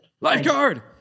Lifeguard